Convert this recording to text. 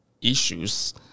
issues